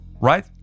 right